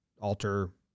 alter